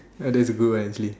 ya that's a good one actually